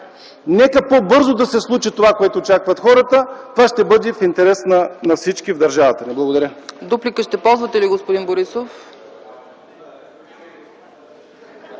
нека по-бързо да се случи това, което очакват хората. То ще бъде в интерес на всички в държавата. Благодаря.